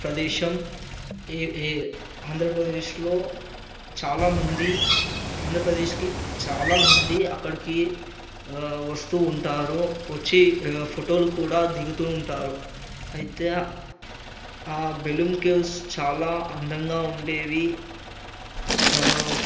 ప్రదేశం ఈ ఈ ఆంధ్రప్రదేశ్లో చాలామంది ఆంధ్రప్రదేశ్కి చాలామంది అక్కడికి వస్తు ఉంటారు వచ్చి ఫోటోలు కూడా దిగుతు ఉంటారు అయితే ఆ బెలూమ్ కేవ్స్ చాలా అందంగా ఉండేది